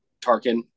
Tarkin